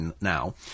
now